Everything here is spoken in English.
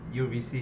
you receive